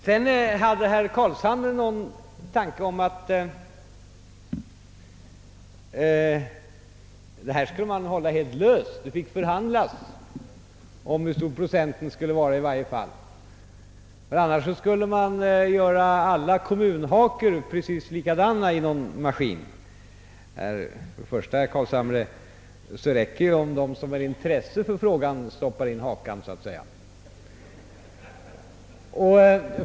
Sedan hade herr Carlshamre en tanke om att detta skulle hållas helt löst. Det fick förhandlas om hur stor procenten skulle vara. Annars skulle man göra alla kommunhakor precis likadana i någon maskin. För det första räcker det, herr Carls hamre, om de som har intresse för frågan så att säga stoppar in hakan.